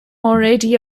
already